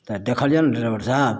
तऽ देखल यऽ ने डरेबर साहेब